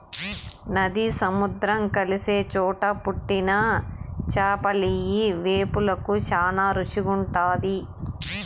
నది, సముద్రం కలిసే చోట పుట్టిన చేపలియ్యి వేపుకు శానా రుసిగుంటాది